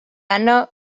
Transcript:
anna